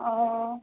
ओ